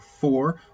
four